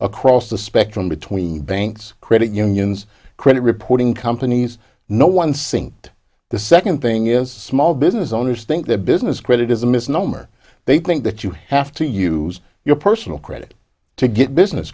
across the spectrum between banks credit unions credit reporting companies no one sinked the second thing is small business owners think their business credit is a misnomer they think that you have to use your personal credit to get business